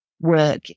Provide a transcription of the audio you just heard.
work